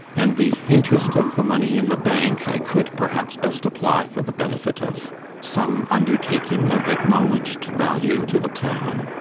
and the interest of the money in the bank i could, perhaps, best apply for the benefit of some undertaking of acknowledged value to the town.